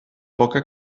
poca